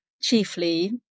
chiefly